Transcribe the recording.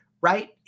Right